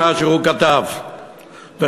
מה שהוא כתב בעלון,